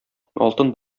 алтын